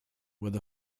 with